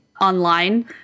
online